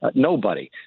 ah nobody.